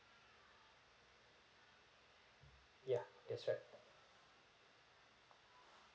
ya that's right